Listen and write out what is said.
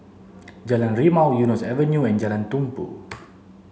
Jalan Rimau Eunos Avenue and Jalan Tumpu